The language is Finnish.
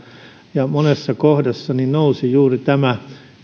niin monessa kohdassa nousi juuri tämä